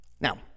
Now